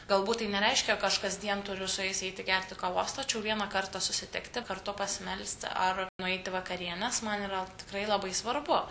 galbūt tai nereiškia aš kasdien turiu su jais eiti gerti kavos tačiau vieną kartą susitikti kartu pasimelsti ar nueiti į vakarienes man yra tikrai labai svarbu